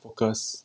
focus